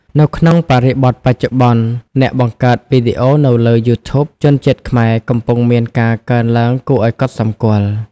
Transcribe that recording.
នៅក្នុងបរិបទបច្ចុប្បន្ន អ្នកបង្កើតវីដេអូនៅលើ YouTube ជនជាតិខ្មែរកំពុងមានការកើនឡើងគួរឲ្យកត់សម្គាល់។